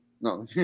no